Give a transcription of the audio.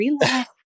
relax